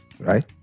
right